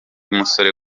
musore